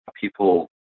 people